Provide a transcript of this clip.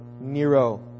Nero